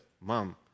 Mom